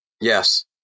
Yes